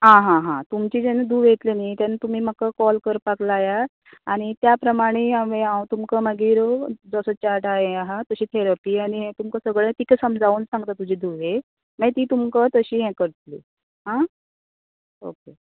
आं हां हां तुमची जेन्ना धूव येतली न्ही तेन्ना तुमी म्हाका कॉल करपाक लायात आनी त्या प्रमाणे हांवें हांव मागीर हांव तुमका मागीर जसो चार्ट आसा हे आसा तशी थेरपी आनी हे तुमका सगळे तिका समजावून सांगता तुज्या धुवेक मागीर ती तुमका तशी हे करतली आं ओके